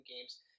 games